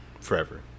Forever